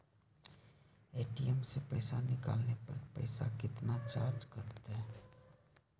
ATM से पईसा निकाले पर पईसा केतना चार्ज कटतई?